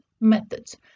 methods